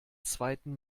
zweiten